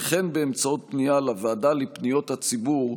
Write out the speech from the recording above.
והן באמצעות פנייה לוועדה לפניות הציבור,